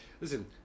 Listen